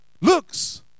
looks